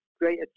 great